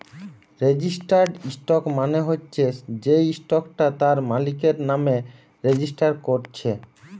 registered stock মানে হচ্ছে যেই স্টকটা তার মালিকের নামে রেজিস্টার কোরছে